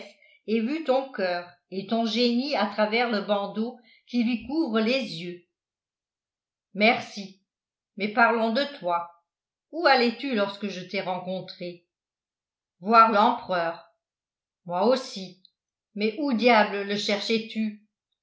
ait vu ton coeur et ton génie à travers le bandeau qui lui couvre les yeux merci mais parlons de toi où allais tu lorsque je t'ai rencontré voir l'empereur moi aussi mais où diable le cherchais tu